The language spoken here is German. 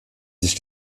sich